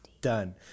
Done